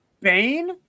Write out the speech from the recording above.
Bane